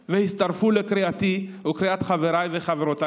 והצטרפו לקריאתי ולקריאת חבריי וחברותיי,